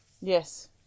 Yes